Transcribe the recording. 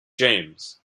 james